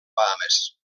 bahames